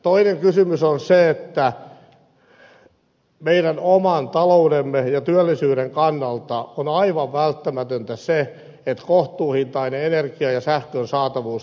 toinen kysymys on se että meidän oman taloutemme ja työllisyyden kannalta on aivan välttämätöntä se että kohtuuhintainen energian ja sähkön saatavuus turvataan